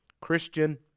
Christian